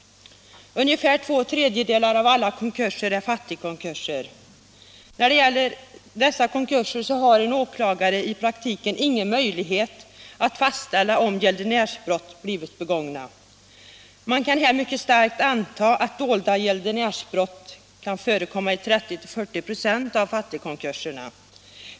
Ungefär två tredjedelar av alla konkurser är fattigkonkurser. När det gäller dessa konkurser har en åklagare i praktiken ingen möjlighet att fastställa om gäldenärsbrott blivit begångna. Man kan mycket starkt anta att dolda gäldenärsbrott kan förekomma i 30-40 96 av fattigkonkurserna.